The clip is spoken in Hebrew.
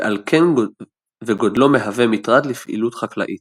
ועל כן וגודלו מהווה מטרד לפעילות חקלאית.